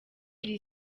iri